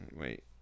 wait